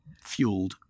fueled